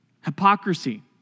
Hypocrisy